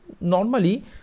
normally